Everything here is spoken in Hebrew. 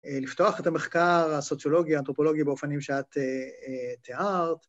לפתוח את המחקר הסוציולוגי-אנתרופולוגי באופנים שאת תיארת.